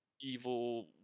evil